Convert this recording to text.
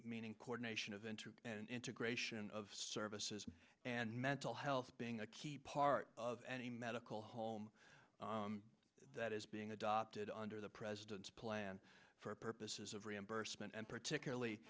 meaning coordination integration of services and mental health being a key part of any medical home that is being adopted under the president's plan for purposes of reimbursement and particularly